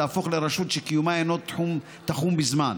תהפוך לרשות שקיומה אינו תחום בזמן.